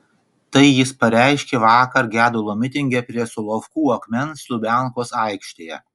tai jis pareiškė vakar gedulo mitinge prie solovkų akmens lubiankos aikštėje